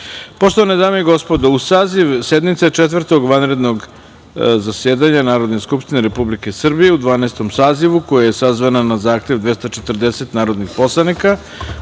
godini. Poštovane dame i gospodo, u Saziv sednice Četvrtog vanrednog zasedanja Narodne skupštine Republike Srbije u Dvanaestom sazivu, koja je sazvana na zahtev 240 narodnih poslanika,